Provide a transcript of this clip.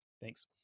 Thanks